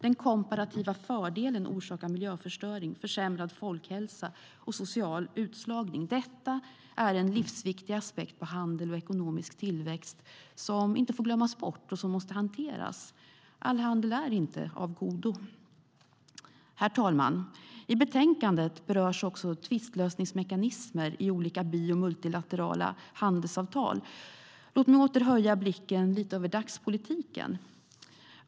Den komparativa fördelen orsakar miljöförstöring, försämrad folkhälsa och social utslagning. Detta är en livsviktig aspekt på handel och ekonomisk tillväxt som inte får glömmas bort och som måste hanteras. All handel är inte av godo. Herr talman! I betänkandet berörs också tvistlösningsmekanismer i olika bi och multilaterala handelsavtal. Låt mig åter höja blicken lite över dagspolitiken.